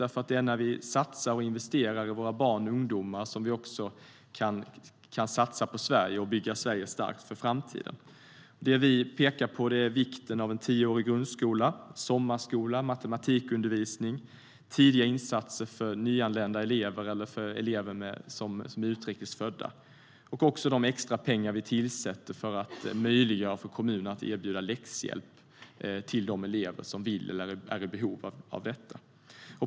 Det är när vi satsar och investerar i våra barn och ungdomar som vi kan satsa på Sverige och bygga Sverige starkt för framtiden. Det vi pekar på är vikten av en tioårig grundskola, sommarskola, matematikundervisning, tidiga insatser för nyanlända elever eller elever som är utrikes födda och också de extra pengar vi tillför för att möjliggöra för kommunerna att erbjuda läxhjälp till de elever som vill eller är i behov av detta.